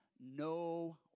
no